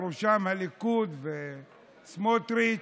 ובראשה הליכוד וסמוטריץ'